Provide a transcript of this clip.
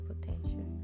potential